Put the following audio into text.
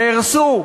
נהרסו.